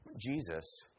Jesus